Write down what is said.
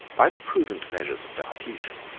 by the prudent measures of diocletian,